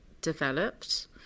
developed